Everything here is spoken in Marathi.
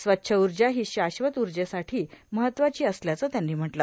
स्वच्छ ऊर्जा ही शाश्वत ऊर्जेसाठी महत्वाची असल्याचं त्यांनी म्हंटलं